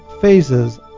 phases